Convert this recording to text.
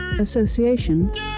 association